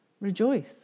Rejoice